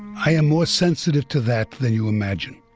i am more sensitive to that than you imagine.